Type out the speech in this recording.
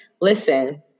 listen